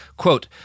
Quote